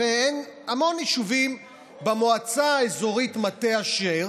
המון יישובים במועצה האזורית מטה אשר,